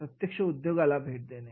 प्रत्यक्ष उद्योगाला भेट देणे